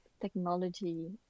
technology